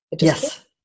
Yes